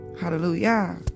Hallelujah